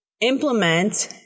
implement